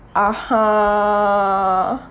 (uh huh)